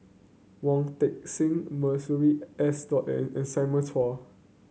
Wong Sing Masuri S N and Simon Chua